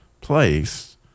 place